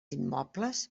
immobles